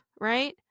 right